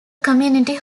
community